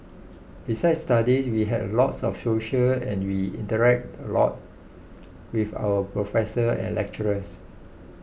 besides studies we had a lot of socials and we interacted a lot with our professors and lecturers